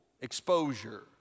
exposure